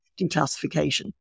declassification